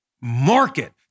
market